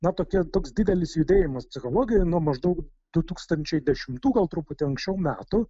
na tokia toks didelis judėjimas psichologijoje nuo maždaug du tūkstančiai dešimtų gal truputį anksčiau metų